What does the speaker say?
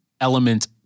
element